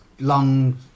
long